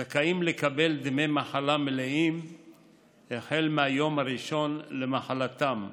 זכאים לקבל דמי מחלה מלאים החל מהיום הראשון למחלתם,